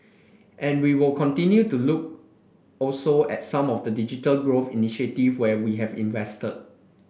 and we would continue to look also at some of the digital growth initiatives where we have invested